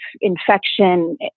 infection